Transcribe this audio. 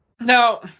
Now